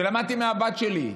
שלמדתי מהבת שלי.